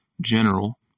general